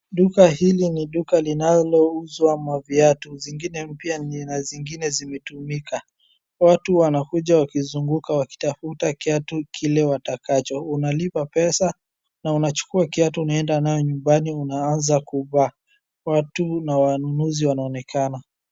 Duka hili ni duka linalouza maviatu, zingine mpya na zingine zimetumika. Watu wanakuja wakizunguka wakitafuta kiatu kile watakacho. Unalipa pesa na unachukua kiatu unaenda nayo nyumbani unaanza kuvaa. Watu na wanunuzi wanaonekana.